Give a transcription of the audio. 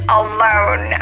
alone